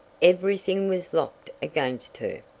everything was locked against her!